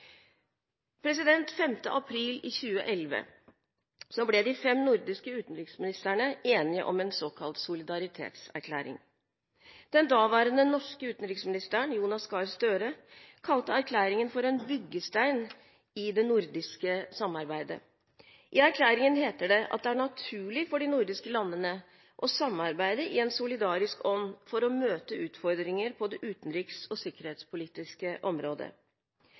april i 2011 ble de fem nordiske utenriksministrene enige om en solidaritetserklæring. Den daværende norske utenriksministeren, Jonas Gahr Støre, kalte erklæringen for en byggestein i det nordiske samarbeidet. I erklæringen heter det at det er naturlig for de nordiske landene å samarbeide i en solidarisk ånd for å møte utfordringer på det utenriks- og sikkerhetspolitiske området.